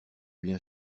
bien